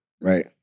Right